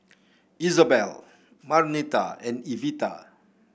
Izabelle Marnita and Evita